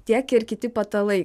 tiek ir kiti patalai